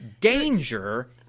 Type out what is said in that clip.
danger